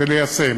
וליישם.